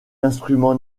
instruments